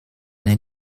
dein